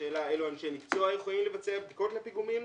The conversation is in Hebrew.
השאלה אילו אנשי מקצוע יכולים לבצע בדיקות לפיגומים,